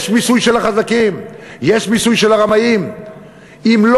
יש מיסוי של החזקים, יש מיסוי של הרמאים.